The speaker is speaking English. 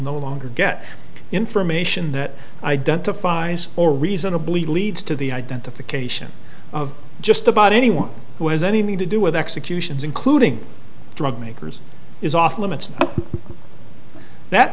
no longer get information that identifies or reasonably leads to the identification of just about anyone who has anything to do with executions including drug makers is off limits that